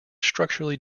structurally